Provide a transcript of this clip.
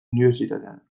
unibertsitatean